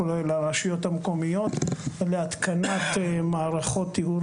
בקול קורא לרשויות המקומיות להתקנת מערכות טיהור